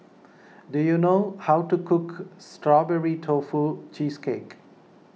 do you know how to cook Strawberry Tofu Cheesecake